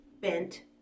bent